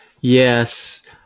Yes